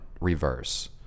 reverse